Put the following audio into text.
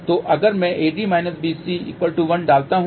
तो अगर मैं AD BC1 डालता हूं